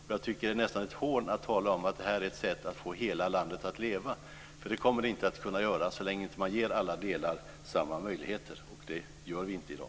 Det är nästan ett hån att tala om att detta är ett sätt att få hela landet att leva. Det kommer det inte att göra så länge vi inte ger alla delar av landet samma möjligheter. Det gör vi inte i dag.